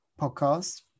podcast